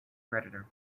predator